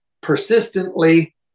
persistently